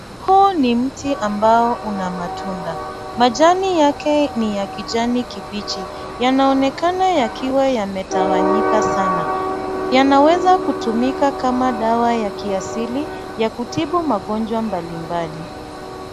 Huu ni mti ambao una matunda, majani yake ni ya kijani kibichi, yanaonekana yakiwa yametawanyika sana. Yanaweza kutumika kama dawa ya kiasili ya kutibu magonjwa mbalimbali.